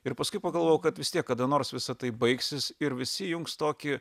ir paskui pagalvojau kad vis tiek kada nors visa tai baigsis ir visi įjungs tokį